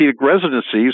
residencies